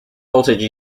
voltage